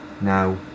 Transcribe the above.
Now